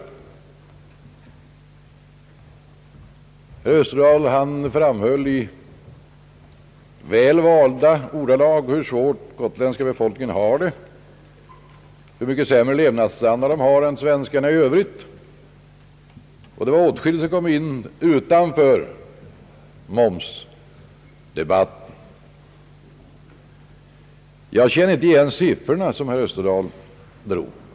Herr Österdahl framhöll i väl valda ordalag hur svårt den gotländska befolkningen har det, hur mycket lägre dess levnadsstandard är än övriga svenskars. Det var åtskilligt utanför momsdebatten som kom med. Nu känner jag inte igen herr Österdahls siffror.